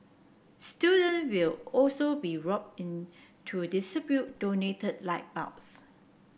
student will also be rope in to donated light bulbs